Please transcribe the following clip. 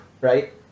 right